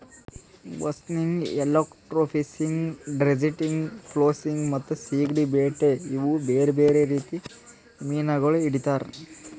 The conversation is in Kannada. ಬಸ್ನಿಗ್, ಎಲೆಕ್ಟ್ರೋಫಿಶಿಂಗ್, ಡ್ರೆಡ್ಜಿಂಗ್, ಫ್ಲೋಸಿಂಗ್ ಮತ್ತ ಸೀಗಡಿ ಬೇಟೆ ಇವು ಬೇರೆ ಬೇರೆ ರೀತಿ ಮೀನಾಗೊಳ್ ಹಿಡಿತಾರ್